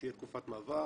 תהיה תקופת מעבר,